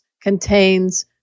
contains